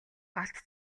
галт